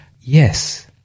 yes